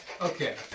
Okay